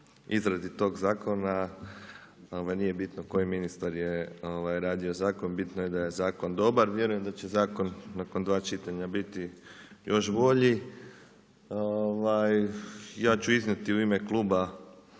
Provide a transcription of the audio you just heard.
izradi tog zakona. Nama nije bitno koji ministar je radio zakon, bitno je da je zakon dobar. Vjerujem da će zakon nakon dva čitanja biti još bolji. Ja ću iznijeti u ime kluba